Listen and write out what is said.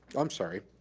i'm sorry,